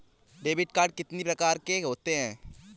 Debit card कितनी प्रकार के होते हैं?